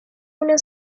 una